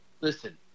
listen